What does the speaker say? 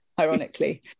ironically